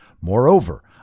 Moreover